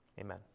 Amen